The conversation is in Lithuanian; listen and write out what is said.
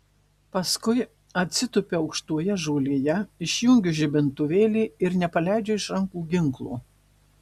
paskui atsitupiu aukštoje žolėje išjungiu žibintuvėlį ir nepaleidžiu iš rankų ginklo